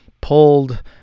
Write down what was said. pulled